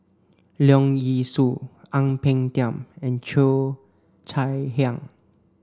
Leong Yee Soo Ang Peng Tiam and Cheo Chai Hiang